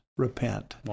Repent